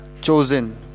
chosen